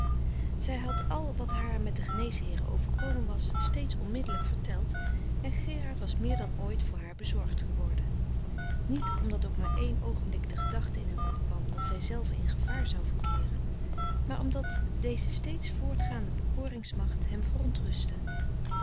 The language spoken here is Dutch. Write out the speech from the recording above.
zij had al wat haar met de geneesheeren overkomen was steeds onmiddelijk verteld en gerard was meer dan ooit voor haar bezorgd geworden niet omdat ook maar één oogenblik de gedachte in hem opkwam dat zij zelve in gevaar zou verkeeren maar omdat deze steeds voortgaande bekoringsmacht hem verontrustte